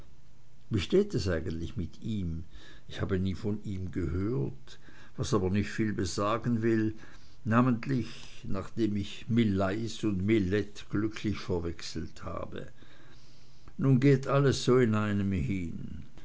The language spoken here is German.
wie steht es eigentlich mit ihm ich habe nie von ihm gehört was aber nicht viel besagen will namentlich nachdem ich millais und millet glücklich verwechselt habe nun geht alles so in einem hin